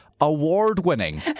award-winning